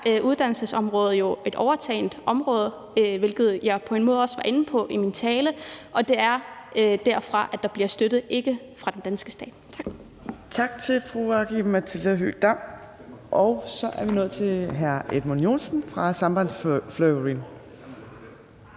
uddannelsesområdet jo et hjemtaget område, hvilket jeg på en måde også var inde på i min tale. Det er derfra, der bliver givet støtte, ikke fra den danske stat. Tak. Kl. 20:10 Tredje næstformand (Trine Torp): Tak til fru Aki-Matilda Høegh-Dam, og så er vi nået til hr. Edmund Joensen fra Sambandsflokkurin.